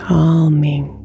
calming